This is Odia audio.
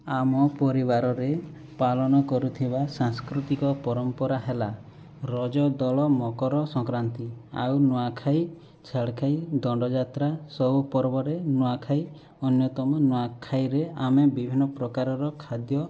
ଆମ ପରିବାରରେ ପାଳନ କରୁଥିବା ସାଂସ୍କୃତିକ ପରମ୍ପରା ହେଲା ରଜ ଦୋଳ ମକରସଂକ୍ରାନ୍ତି ଆଉ ନୂଆଁଖାଇ ଛାଡ଼ଖାଇ ଦଣ୍ଡଯାତ୍ରା ସବୁ ପର୍ବରେ ନୂଆଁଖାଇ ଅନ୍ୟତମ ନୂଆଁଖାଇରେ ଆମେ ବିଭିନ୍ନ ପ୍ରକାରର ଖାଦ୍ୟ